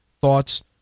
thoughts